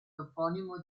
toponimo